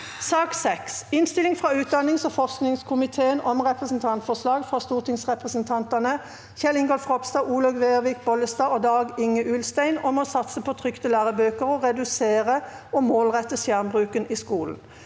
mai 2023 Innstilling fra utdannings- og forskningskomiteen om Representantforslag fra stortingsrepresentantene Kjell Ingolf Ropstad, Olaug Vervik Bollestad og Dag-Inge Ulstein om å satse på trykte lærebøker og redusere og målrette skjermbruken i skolen